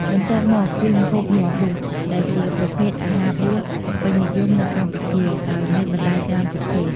បន្ទាប់មកគឺម្ហូប “ញាំបួស” ដែលជាប្រភេទអាហារបួសពេញនិយមនៅកម្ពុជា ដោយមានបន្លែច្រើនប្រភេទ។